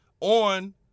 on